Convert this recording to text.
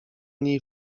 niej